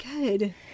good